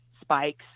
spikes